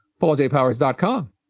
PaulJPowers.com